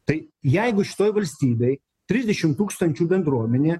tai jeigu šitoj valstybėj trisdešim tūkstančių bendruomenė